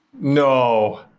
No